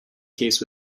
case